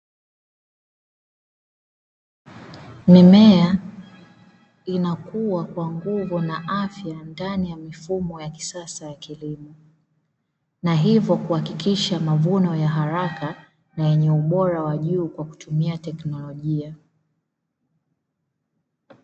Mimea inakua kwa nguvu na afya ndani ya mifumo ya kisasa ya kilimo na hivyo kuhakikisha mavuno ya haraka na yenye ubora wa juu kwa kutumia teknolojia.